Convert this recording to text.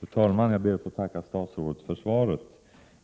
Fru talman! Jag ber att få tacka statsrådet för svaret.